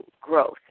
growth